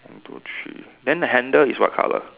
one two three then the handle is what colour